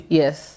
yes